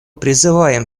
призываем